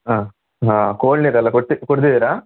ಹಾಂ ಹಾಂ ಕೋಲ್ಡ್ ನೀರೆಲ್ಲ ಕುಡ್ತಿ ಕುಡಿದಿದ್ದೀರಾ